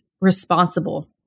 responsible